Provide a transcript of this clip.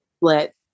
let